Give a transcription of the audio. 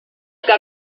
que